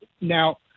Now